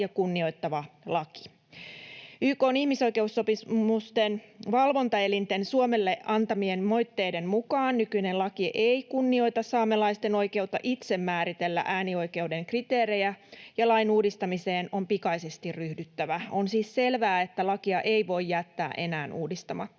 YK:n ihmisoikeussopimusten valvontaelinten Suomelle antamien moitteiden mukaan nykyinen laki ei kunnioita saamelaisten oikeutta itse määritellä äänioikeuden kriteerejä, ja lain uudistamiseen on pikaisesti ryhdyttävä. On siis selvää, että lakia ei voi jättää enää uudistamatta.